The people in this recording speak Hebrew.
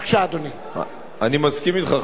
אני מסכים אתך,